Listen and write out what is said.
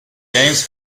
games